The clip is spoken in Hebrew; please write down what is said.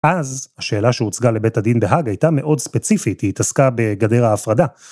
אז השאלה שהוצגה לבית הדין בהאג הייתה מאוד ספציפית, היא התעסקה בגדר ההפרדה.